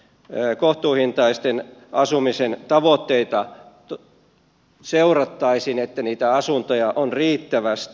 ne kohtuuhintaisen asumisen tavoitteita seurattaisiin että niitä asuntoja on riittävästi